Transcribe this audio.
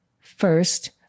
First